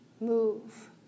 move